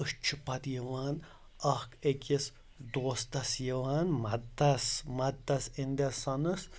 أسۍ چھِ پَتہٕ یِوان اَکھ أکِس دوستَس یِوان مَدتَس مَدتَس اِن دَ سَنٕس